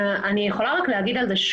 מאיפה ישלמו לאנשים האלה?